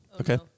Okay